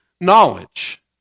knowledge